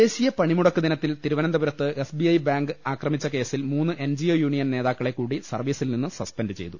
ദേശീയ പണിമുടക്ക് ദിനത്തിൽ തിരുവനന്തപുരത്ത് എസ് ബി ഐ ബാങ്ക് അക്രമിച്ച കേസിൽ മൂന്ന് എൻജിഒ യൂണിയൻ നേതാ ക്കളെ കൂടി സർവീസിൽ നിന്ന് സസ്പെന്റ് ചെയ്തു